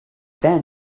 then